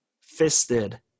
fisted